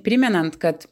primenant kad